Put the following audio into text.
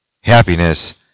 happiness